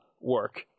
work